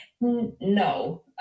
no